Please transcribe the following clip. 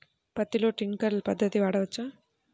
పత్తిలో ట్వింక్లర్ పద్ధతి వాడవచ్చా?